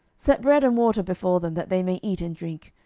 set bread and water before them, that they may eat and drink,